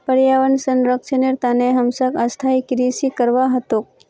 पर्यावन संरक्षनेर तने हमसाक स्थायी कृषि करवा ह तोक